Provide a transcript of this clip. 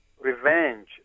revenge